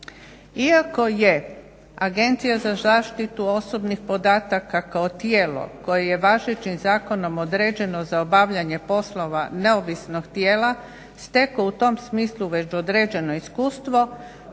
Iako je Agencija za zaštitu osobnih podataka kao tijelo koje je važećim zakonom određeno za obavljanje poslova neovisnog tijela steklo u tom smislu već određeno iskustvo,